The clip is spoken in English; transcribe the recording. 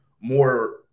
more